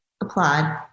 applaud